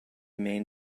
main